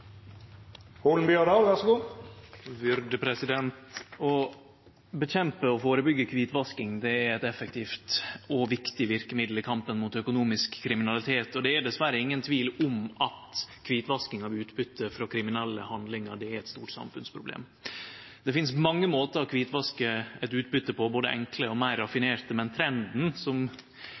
effektivt og viktig verkemiddel i kampen mot økonomisk kriminalitet. Det er dessverre ingen tvil om at kvitvasking av utbytte frå kriminelle handlingar er eit stort samfunnsproblem. Det finst mange måtar å kvitvaske eit utbytte på, både enkle og meir raffinerte, men trenden